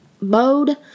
mode